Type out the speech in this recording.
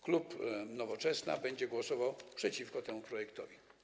Klub Nowoczesna będzie głosował przeciwko temu projektowi.